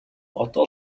одоо